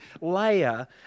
layer